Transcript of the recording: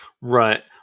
Right